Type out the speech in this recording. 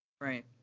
Right